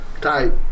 type